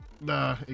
Nah